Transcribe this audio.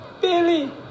Billy